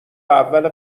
اول